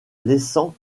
laissant